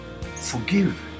Forgive